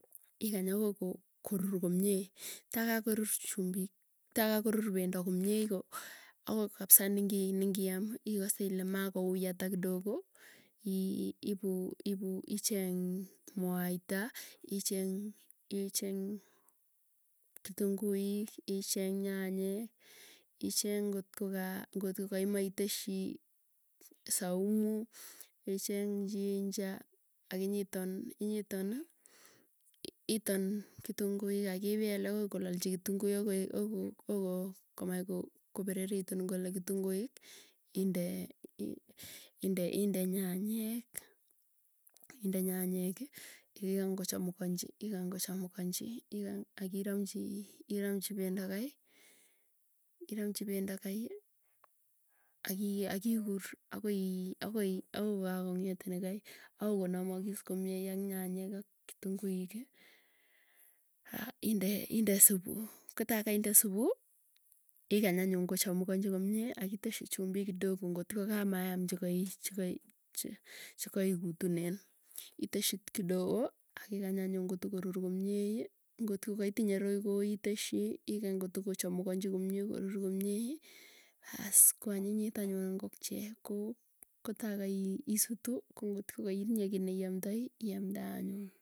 Komie takakorur chumbik, takakorur pendo komie ako kapsa negeiam ikase mako uyi ata kidogo ii ibu icheny. mwaita. icheny kitunguik. icheny nyanyek. icheny kotkogaa maiteschi saumu. kecheny ginger. Akinyeton iton kitunguik aki pelakoi kolalchikitunguik ako mach ko pereritun kole kitunguik. inde nyanyaek. Ikany kochemukanchi, akiranychi pendo kae. iranychi pendo kae akiikur akoi akoi ako kokakong'et nekai agoi konamakiss, komie nyanyek ak kitunguiki. Inde inde supuu kotaa kainde supuu igany anyuny kochamukanchi komie, akiteschi chumbik kidogo ngotko kamayam chekai chelkai che chekaikutunen iteschi kidogo, akikany anyun kotorur komie ngotko kaitinye royco iteschi igany kotokochamukanchi komie korur komie aas koanyinyit anyun ngokchie ko kotaa kai isutu ko ngotko kaitinye kii neiamdai iamde anyun.